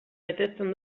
betetzen